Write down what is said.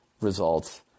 results